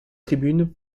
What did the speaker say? tribunes